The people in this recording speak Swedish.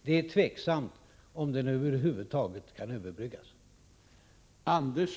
Det är tveksamt om den över huvud taget kan överbryggas.